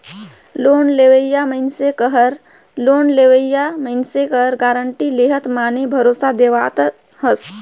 loan लेवइया मइनसे कहर लोन लेहोइया मइनसे कर गारंटी लेहत माने भरोसा देहावत हस